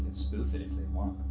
spoof it if they want.